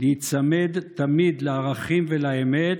להיצמד תמיד לערכים ולאמת,